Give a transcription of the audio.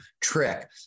trick